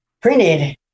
printed